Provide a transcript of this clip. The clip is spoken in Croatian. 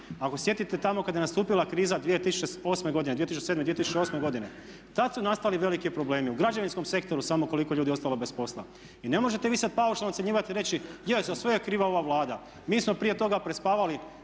Ako se sjetite tamo kada je nastupila kriza 2008. godine, 2007., 2008. godine, tada su nastali veliki problemi u građevinskom sektoru samo koliko je ljudi ostalo bez posla. I ne možete vi sada paušalno ocjenjivati i reći, je za sve je kriva ova Vlada. Mi smo prije toga prespavali